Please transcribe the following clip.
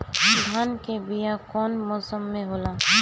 धान के बीया कौन मौसम में होला?